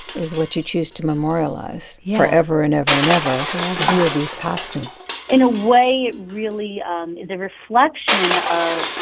is what you choose to memorialize. yeah. forever and ever and ever. forever. via these costumes in a way, it really um is a reflection of,